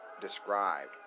described